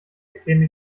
bekäme